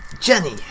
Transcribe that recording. Jenny